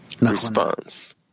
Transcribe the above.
response